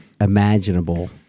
imaginable